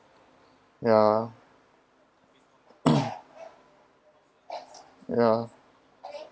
ya ya